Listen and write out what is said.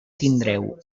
tindreu